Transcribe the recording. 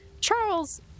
Charles